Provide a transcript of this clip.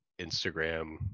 Instagram